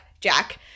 jack